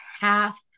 half